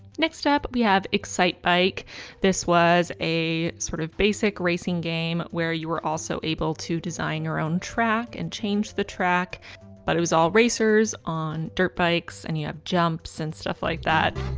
next up we have excitebike this was a sort of basic racing game where you were also able to design your own track and change the track but it was all racers on dirt bikes and you have jumps and stuff like that